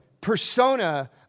persona